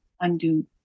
undo